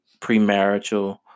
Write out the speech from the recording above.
premarital